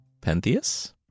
Pentheus